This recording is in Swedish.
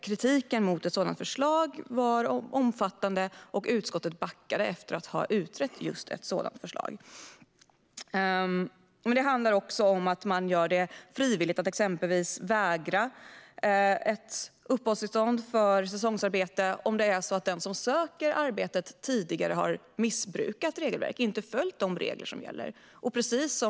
Kritiken mot ett sådant förslag var omfattande, och utskottet backade efter att ha utrett just ett sådant förslag. Det handlar också om att det görs frivilligt att exempelvis vägra ett uppehållstillstånd för säsongsarbete om den som söker arbetet tidigare missbrukat regelverket och inte följt de regler som gäller.